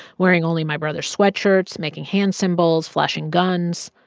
wearing only my brothers sweatshirts, making hand symbols, flashing guns.